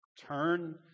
turn